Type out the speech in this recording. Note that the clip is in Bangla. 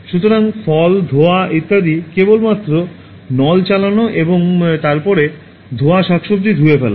সুতরাং ফল ধোয়া ইত্যাদি কেবলমাত্র নল চালানো এবং তারপরে ধোয়া শাকসব্জি ধুয়ে ফেলা